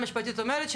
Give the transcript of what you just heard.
אתם